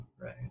right